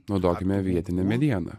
naudokime vietinę medieną